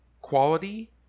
quality